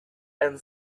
and